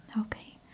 Okay